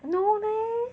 no leh